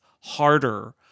harder